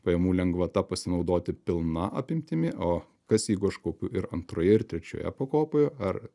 pajamų lengvata pasinaudoti pilna apimtimi o kas jeigu aš kaupiu ir antroje ir trečioje pakopoje ar